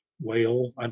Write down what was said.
whale